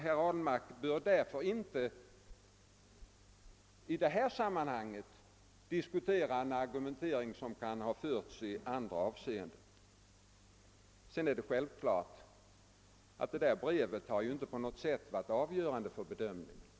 Herr Ahlmark bör därför inte i detta sammanhang kommentera en argumentering som kan ha förts i andra avseenden. Vidare är det självklart att detta brev inte på något sätt har varit avgörande för bedömningen.